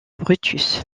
brutus